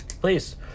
Please